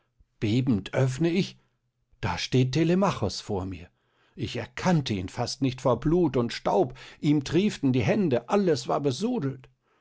bebend öffne ich da steht telemachos vor mir ich erkannte ihn fast nicht vor blut und staub ihm trieften die hände alles war